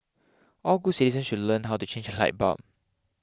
all good citizens should learn how to change a light bulb